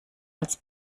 als